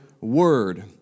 word